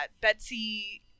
Betsy